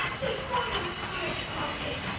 they're forming a search party.